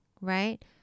right